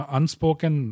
Unspoken